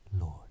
lord